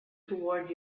toward